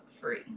free